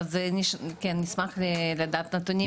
נשמח לדעת נתונים,